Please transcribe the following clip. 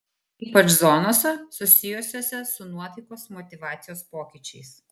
ypač zonose susijusiose su nuotaikos motyvacijos pokyčiais